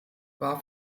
war